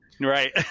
Right